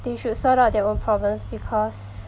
they should sort out their own problems because